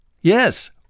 Yes